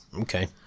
Okay